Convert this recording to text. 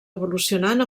evolucionant